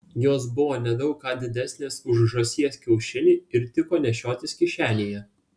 jos buvo ne daug ką didesnės už žąsies kiaušinį ir tiko nešiotis kišenėje